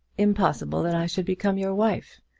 impossible that i should become your wife.